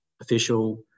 official